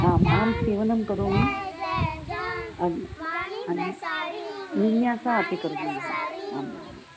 आम् अहं सीवनं करोमि विन्यासः अपि करोमि अहम् आम् आम् आम्